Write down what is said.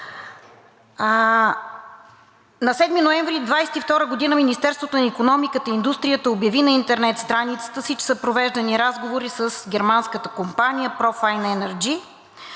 На 7 ноември 2022 г. Министерството на икономиката и индустрията обяви на интернет страницата си, че са провеждани разговори с германската компания Profine Energy